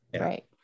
right